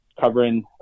covering